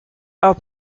are